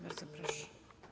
Bardzo proszę.